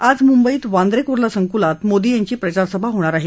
आज मुंबईत वांद्रे कुर्ला संकुलात मोदी यांची प्रचारसभा होणार आहे